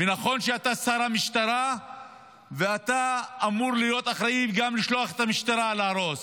ונכון שאתה שר המשטרה ואתה אמור להיות אחראי גם לשלוח את המשטרה להרוס,